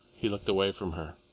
he looked away from her.